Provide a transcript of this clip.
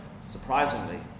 surprisingly